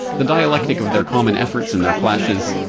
the dialectic of their common efforts and their clashes,